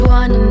one